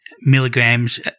milligrams